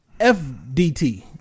FDT